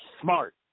smart